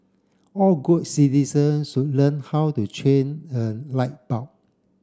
all good citizen should learn how to change a light bulb